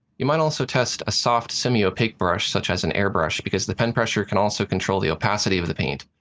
you might also test a soft semi-opaque brush such as an airbrush because the pen pressure can also control the opacity of the paint,